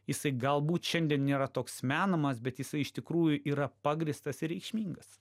jisai galbūt šiandien nėra toks menamas bet jisai iš tikrųjų yra pagrįstas ir reikšmingas